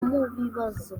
mubibazo